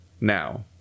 now